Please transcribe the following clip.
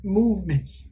movements